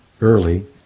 early